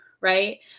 right